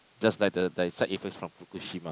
just like the like side effects from Fukushima